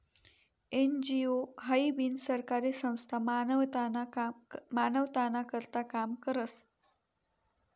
NGO हाई बिनसरकारी संस्था मानवताना करता काम करस